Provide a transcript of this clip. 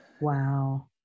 Wow